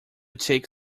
take